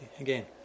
again